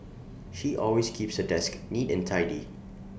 she always keeps her desk neat and tidy